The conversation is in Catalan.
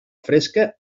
fresca